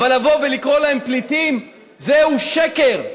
אבל לבוא ולקרוא להם פליטים זהו שקר.